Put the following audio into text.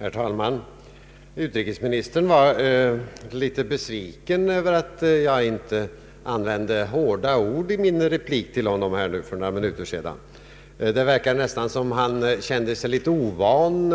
Herr talman! Utrikesministern verkade litet besviken över att jag inte använde hårda ord i min replik till honom för några minuter sedan. Det verkade nästan som om han kände det litet ovant